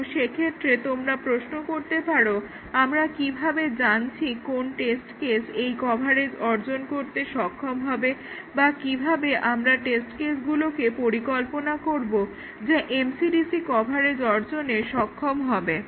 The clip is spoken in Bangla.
কিন্তু সেক্ষেত্রে তোমরা প্রশ্ন করতে পারো যে আমরা কিভাবে জানছি কোন টেস্ট কেস এই কভারেজ অর্জন করতে সক্ষম হবে বা কিভাবে আমরা টেস্ট কেসগুলোকে পরিকল্পনা করব যা MCDC কভারেজ অর্জনে সক্ষম হবে